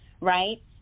right